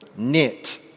knit